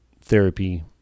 therapy